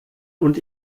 und